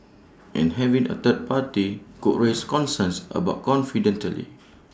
and having A third party could raise concerns about confidentiality